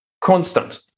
constant